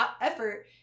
effort